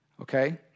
okay